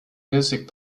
music